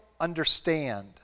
understand